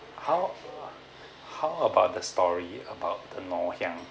how how about the story about the ngoh hiang